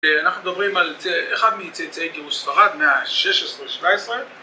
אנחנו מדברים על אחד מצאצאי גירוש ספרד, מאה ה-16, ה-17